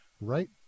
right